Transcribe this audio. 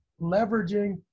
leveraging